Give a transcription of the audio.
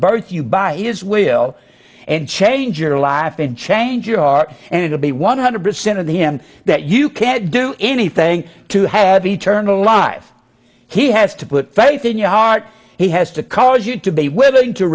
birth you by his will and change your life and change your heart and it will be one hundred percent of the end that you can't do anything to have eternal live he has to put faith in your heart he has to cause you to be willing to